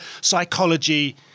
psychology